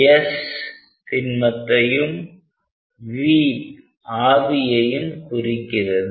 S திண்மத்தையும் V ஆவியையும் குறிக்கிறது